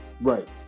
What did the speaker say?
right